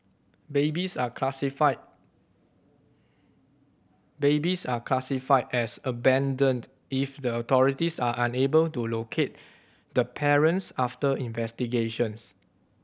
babies are classified babies are classified as abandoned if the authorities are unable to locate the parents after investigations